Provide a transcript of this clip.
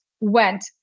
went